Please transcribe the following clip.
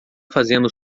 fazendo